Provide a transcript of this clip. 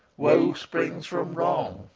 woe springs from wrong,